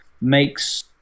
makes